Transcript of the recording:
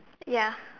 ya